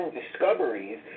discoveries